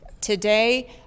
Today